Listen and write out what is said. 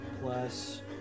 Plus